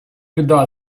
біда